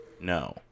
No